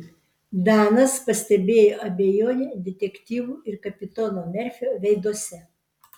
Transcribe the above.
danas pastebėjo abejonę detektyvų ir kapitono merfio veiduose